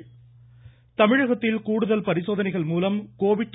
ராதாகிருஷ்ணன் தமிழகத்தில் கூடுதல் பரிசோதனைகள் மூலம்